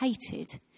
hated